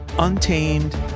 Untamed